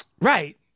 Right